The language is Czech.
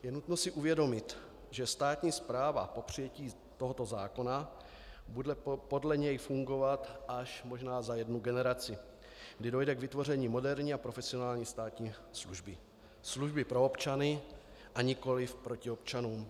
Je nutno si uvědomit, že státní správa po přijetí tohoto zákona bude podle něj fungovat až možná za jednu generaci, kdy dojde k vytvoření moderní a profesionální státní služby, služby pro občany, nikoliv proti občanům.